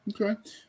Okay